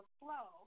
flow